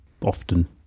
often